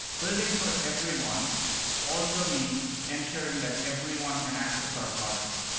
building for everyone also means ensuring that everyone can access our products.